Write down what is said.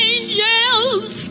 Angels